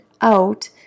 out